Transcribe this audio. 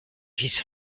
his